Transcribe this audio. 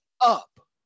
up